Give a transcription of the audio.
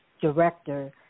director